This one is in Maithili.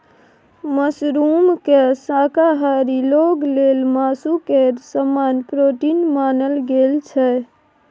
मशरूमकेँ शाकाहारी लोक लेल मासु केर समान पौष्टिक मानल गेल छै